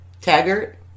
Taggart